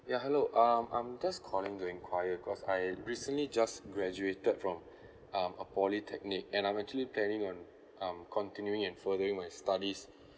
yeah hello um I'm just calling to enquire because I recently just graduated from um a polytechnic and I'm actually planning on um continue in furthering my studies